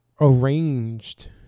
arranged